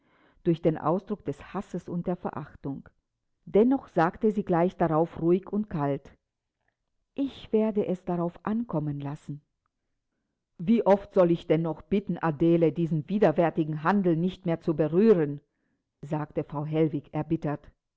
durch den ausdruck des hasses und der verachtung dennoch sagte sie gleich darauf ruhig und kalt ich werde es darauf ankommen lassen wie oft soll ich denn noch bitten adele diesen widerwärtigen handel nicht mehr zu berühren sagte frau hellwig erbittert